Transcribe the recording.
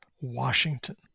Washington